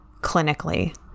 clinically